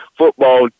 football